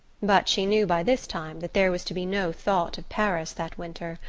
but she knew by this time that there was to be no thought of paris that winter,